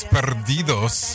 Perdidos